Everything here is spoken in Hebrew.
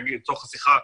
נגיד לצורך השיחה,